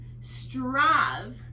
strive